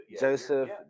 Joseph